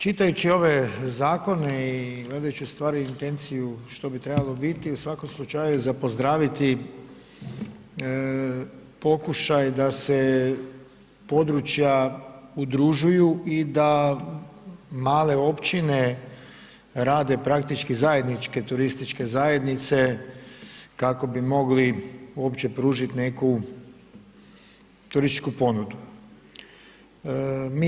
Čitajući ove zakone i gledajući ustvari intenciju što bi trebalo biti u svakom slučaju je za pozdraviti pokušaj da se područja udružuju i da male općine rade praktički zajedničke turističke zajednice kako bi mogli uopće pružiti neku turističku ponudu.